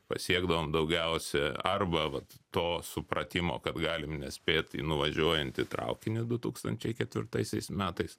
pasiekdavom daugiausia arba vat to supratimo kad galim nespėt į nuvažiuojantį traukinį du tūkstančiai ketvirtaisiais metais